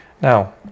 Now